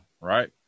right